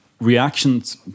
reactions